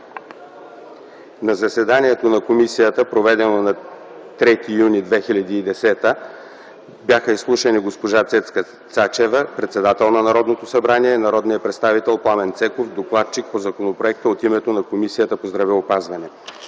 На заседанието на комисията, проведено на 3 юни 2010 г., бяха изслушани госпожа Цецка Цачева – председател на Народното събрание, и народния представител Пламен Цеков, докладчик по законопроекта от името на Комисията по здравеопазване.